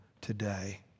today